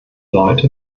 leute